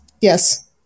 Yes